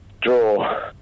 draw